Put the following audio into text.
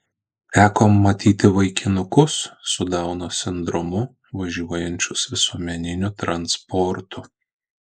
teko matyti vaikinukus su dauno sindromu važiuojančius visuomeniniu transportu